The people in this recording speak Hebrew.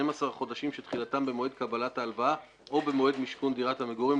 החודשים שתחילתם במועד קבלת ההלוואה או במועד מישכון דירת המגורים,